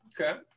okay